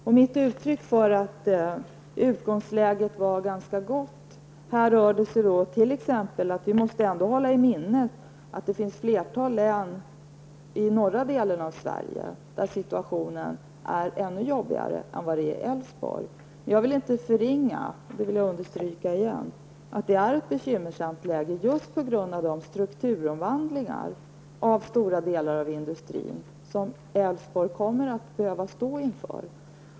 Men vi måste ändå hålla i minnet att situationen är ännu besvärligare i flera län i norra Sverige än den är i Älvsborgs län. Jag vill inte förringa att läget där är bekymmersamt just på grund av de strukturomvandlingar av stora delar av industrin som Älvsborgs län ställs inför.